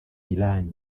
iran